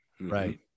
Right